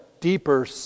deeper